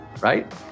right